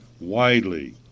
widely